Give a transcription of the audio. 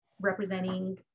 representing